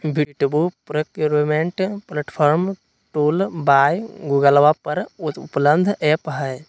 B two B procurement platform tool by गूगलवा पर उपलब्ध ऐप हई